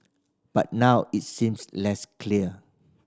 but now it seems less clear